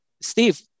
steve